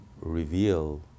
reveal